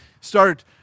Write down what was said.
start